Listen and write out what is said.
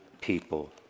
people